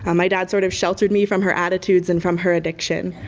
um my dad sort of sheltered me from her attitudes and from her addiction.